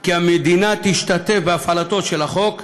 כי המדינה תשתתף בהפעלתו של החוק,